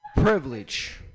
Privilege